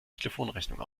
telefonrechnung